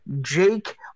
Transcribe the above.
Jake